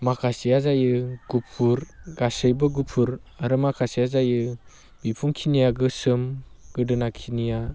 माखासेया जायो गुफुर गासैबो गुफुर आरो माखासेया जायो बिखुंखिनिया गोसोम गोदोनाखिनिया